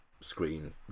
screen